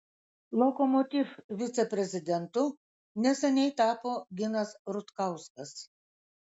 lokomotiv viceprezidentu neseniai tapo ginas rutkauskas